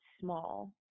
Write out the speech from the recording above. small